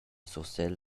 surselva